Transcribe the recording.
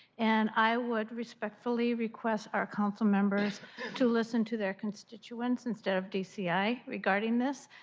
and i would respectfully request our council members to listen to their constituents instead of dci regarding this.